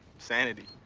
sanity.